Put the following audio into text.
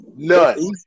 None